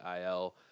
IL